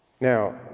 Now